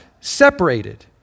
separated